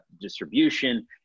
distribution